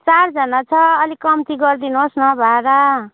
चारजना छ अलिक कम्ती गरिदिनु होस् न भाडा